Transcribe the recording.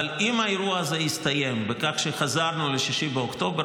אבל אם האירוע הזה יסתיים בכך שחזרנו ל-6 באוקטובר,